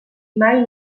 mai